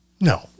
No